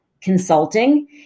consulting